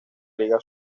liga